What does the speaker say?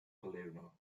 palermo